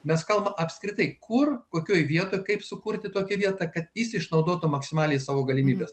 mes kalbame apskritai kur kokioje vietoj kaip sukurti tokią vietą kad jis išnaudotų maksimaliai savo galimybes